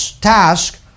task